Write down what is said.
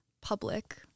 public